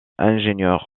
ingénieur